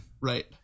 right